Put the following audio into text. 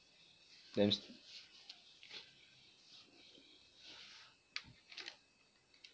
damn s~